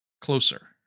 closer